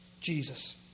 Jesus